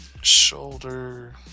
Shoulder